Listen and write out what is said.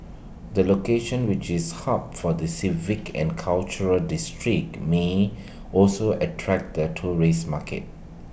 the location which is hub for the civic and cultural district may also attract the tourist market